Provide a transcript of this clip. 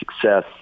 success